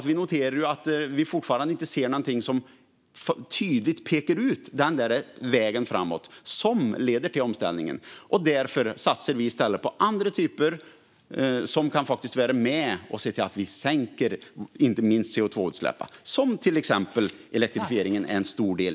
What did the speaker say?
Vi noterar också att vi fortfarande inte ser någonting som tydligt pekar ut den där vägen framåt som leder till omställningen. Därför satsar vi i stället på andra typer av åtgärder som kan vara med och se till att vi inte minst sänker CO2-utsläppen. Där är till exempel elektrifieringen en stor del.